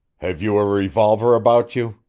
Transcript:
have you a revolver about you?